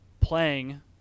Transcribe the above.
playing